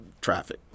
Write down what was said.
Traffic